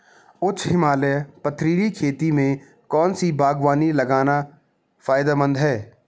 उच्च हिमालयी पथरीली खेती में कौन सी बागवानी लगाना फायदेमंद है?